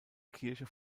kirche